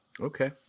Okay